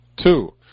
Two